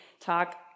talk